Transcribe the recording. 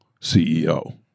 CEO